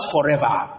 forever